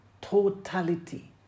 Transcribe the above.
Totality